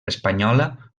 espanyola